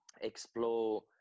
explore